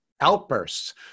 outbursts